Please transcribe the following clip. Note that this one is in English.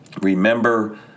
remember